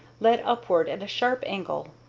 led upward at a sharp angle.